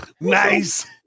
nice